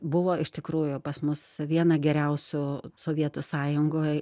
buvo iš tikrųjų pas mus viena geriausių sovietų sąjungoj